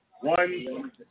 One